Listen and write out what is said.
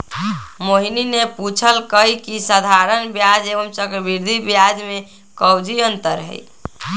मोहिनी ने पूछल कई की साधारण ब्याज एवं चक्रवृद्धि ब्याज में काऊची अंतर हई?